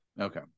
Okay